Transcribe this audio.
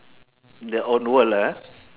their own world lah ah